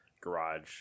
garage